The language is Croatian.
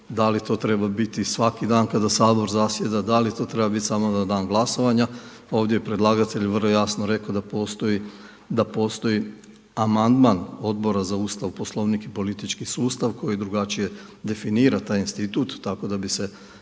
da li to treba biti svaki dan kada Sabor zasjeda, da li to treba biti samo na dan glasovanja. Ovdje je predlagatelj vrlo jasno rekao da postoji amandman Odbora za Ustav, Poslovnik i politički sustav koji drugačije definira taj institut tako da bi se